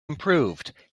improved